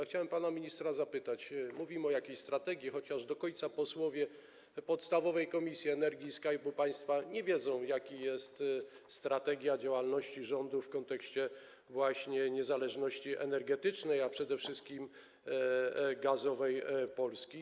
Chciałem pana ministra zapytać, bo mówimy o jakiejś strategii, chociaż do końca posłowie podstawowej Komisji do Spraw Energii i Skarbu Państwa nie wiedzą, jaka jest strategia działalności rządu w kontekście właśnie niezależności energetycznej, a przede wszystkim gazowej Polski.